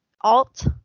alt